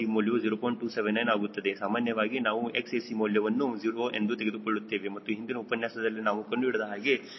ಸಾಮಾನ್ಯವಾಗಿ ನಾವು Xac ಮೌಲ್ಯವನ್ನು 0 ಎಂದು ತೆಗೆದುಕೊಳ್ಳುತ್ತೇವೆ ಮತ್ತು ಹಿಂದಿನ ಉಪನ್ಯಾಸದಲ್ಲಿ ನಾವು ಕಂಡು ಹಿಡಿದ ಹಾಗೆ ಮೌಲ್ಯವು 0